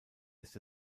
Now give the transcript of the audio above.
ist